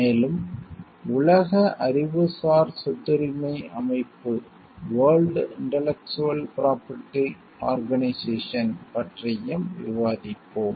மேலும் உலக அறிவுசார் சொத்துரிமை அமைப்பு வேர்ல்டு இன்டெலக்ஸுவல் ப்ரொபெர்ட்டி ஆர்கனைசேஷன் பற்றியும் விவாதிப்போம்